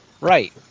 right